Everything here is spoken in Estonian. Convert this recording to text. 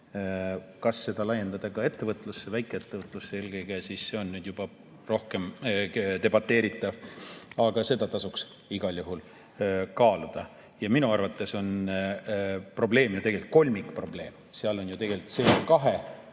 Kas seda laiendada ka ettevõtlusele, väikeettevõtlusele eelkõige, on juba rohkem debateeritav. Aga seda tasuks igal juhul kaaluda. Minu arvates on probleem ju tegelikult kolmikprobleem. Seal on tegelikult CO2probleem,